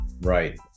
right